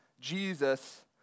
Jesus